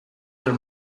her